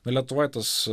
na lietuvoj tas